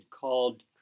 Called